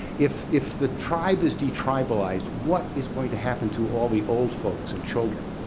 if if the tribe is detribalized what is going to happen to all the old folks and children?